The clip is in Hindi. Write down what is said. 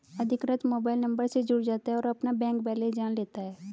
अधिकृत मोबाइल नंबर से जुड़ जाता है और अपना बैंक बेलेंस जान लेता है